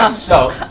ah so!